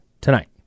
tonight